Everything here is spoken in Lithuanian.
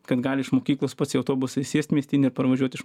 kad gali iš mokyklos pats į autobusą įsėst miestinį ir parvažiuot iš